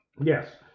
Yes